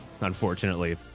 unfortunately